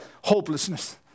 hopelessness